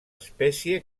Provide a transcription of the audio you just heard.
espècie